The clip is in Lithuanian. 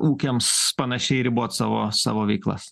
ūkiams panašiai ribot savo savo veiklas